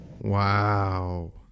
Wow